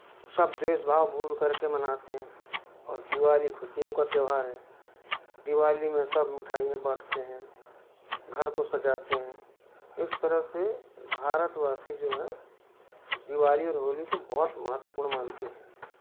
सब देश भाव भूल करके मानते हैं और दिवाली खुशियों का त्यौहार है दिवाली में सब मिठाईयाँ बांटते हैं घर को सजाते हैं इस तरह से भारतवासी जो है दिवाली और होली को बहुत महत्वपूर्ण मानते हैं